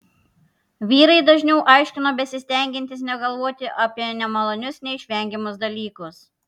vyrai dažniau aiškino besistengiantys negalvoti apie nemalonius neišvengiamus dalykus